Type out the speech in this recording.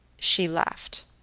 she laughed,